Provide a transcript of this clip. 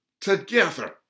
together